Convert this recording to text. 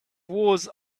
was